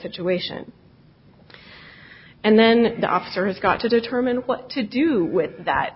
situation and then the officer has got to determine what to do with that